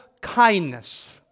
kindness